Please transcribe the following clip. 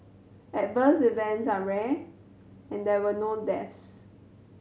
adverse events are rare and there were no deaths